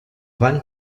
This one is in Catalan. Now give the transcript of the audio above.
van